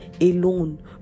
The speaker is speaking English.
alone